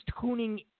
tuning